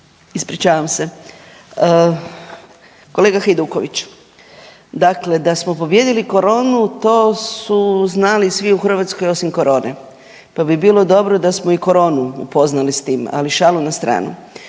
Ispričavam se. Kolega Hajduković, dakle da smo pobijedili koronu to su znali svi u Hrvatskoj osim korone, pa bi bilo dobro da smo i koronu upoznali s tim, ali šalu na stranu.